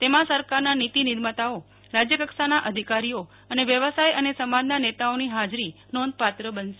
તેમાં સરકારના નીતિ નિર્માતાઓ રાજ્યકક્ષાના અધિકારીઓ અને વ્યવસાય અને સમાજના નેતાઓની હાજરી નોંધપાત્ર બનશે